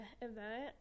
event